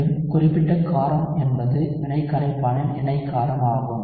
மீண்டும் குறிப்பிட்ட காரம் என்பது வினை கரைப்பானின் இணை காரம் ஆகும்